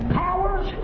powers